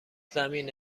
زمین